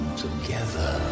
together